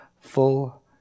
full